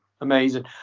Amazing